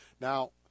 Now